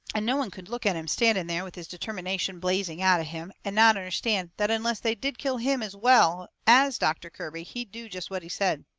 and no one could look at him standing there, with his determination blazing out of him, and not understand that unless they did kill him as well as doctor kirby he'd do jest what he said.